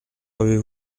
avez